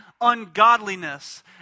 ungodliness